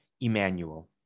Emmanuel